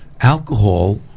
alcohol